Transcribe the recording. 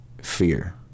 fear